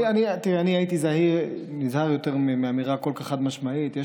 אני הייתי נזהר יותר מהאמירה כל כך חד-משמעית.